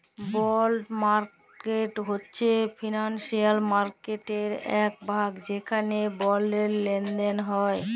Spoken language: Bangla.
বল্ড মার্কেট হছে ফিলালসিয়াল মার্কেটের ইকট ভাগ যেখালে বল্ডের লেলদেল হ্যয়